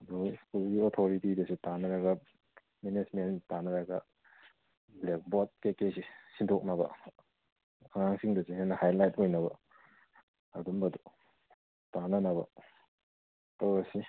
ꯑꯗꯨ ꯁ꯭ꯀꯨꯜꯒꯤ ꯑꯣꯊꯣꯔꯤꯇꯤꯒꯁꯨ ꯇꯥꯅꯔꯒ ꯃꯦꯅꯦꯖꯃꯦꯟ ꯇꯥꯅꯔꯒ ꯕ꯭ꯂꯦꯛ ꯕꯣꯔꯠ ꯀꯩꯀꯩꯁꯤ ꯁꯤꯟꯗꯣꯛꯅꯕ ꯑꯉꯥꯡꯁꯤꯡꯗꯁꯨ ꯍꯦꯟꯅ ꯍꯥꯏꯂꯥꯏꯠ ꯑꯣꯏꯅꯕ ꯑꯗꯨꯝꯕꯗꯣ ꯇꯥꯅꯅꯕ ꯇꯧꯔꯁꯤ